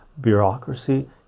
bureaucracy